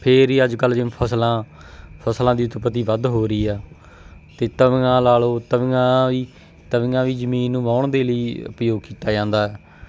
ਫੇਰ ਹੀ ਅੱਜ ਕੱਲ੍ਹ ਜਿਵੇਂ ਫਸਲਾਂ ਫਸਲਾਂ ਦੀ ਉਤਪਤੀ ਵੱਧ ਹੋ ਰਹੀ ਆ ਅਤੇ ਤਵੀਆਂ ਲਾ ਲਓ ਤਵੀਆਂ ਵੀ ਤਵੀਆਂ ਵੀ ਜ਼ਮੀਨ ਨੂੰ ਵਾਹੁਣ ਦੇ ਲਈ ਉਪਯੋਗ ਕੀਤਾ ਜਾਂਦਾ